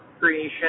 creation